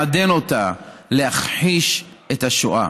לעדן אותה, להכחיש את השואה.